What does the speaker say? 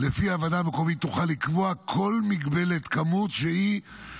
ולפיה הוועדה המקומית תוכל לקבוע כל מגבלת כמות שהיא